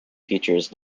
features